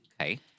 Okay